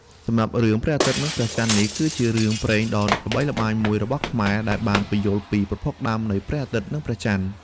សម្រាប់ រឿងព្រះអាទិត្យនិងព្រះចន្ទនេះគឺជារឿងព្រេងដ៏ល្បីល្បាញមួយរបស់ខ្មែរ ដែលបានពន្យល់ពីប្រភពដើមនៃព្រះអាទិត្យនិងព្រះចន្ទ។